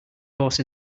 horse